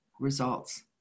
results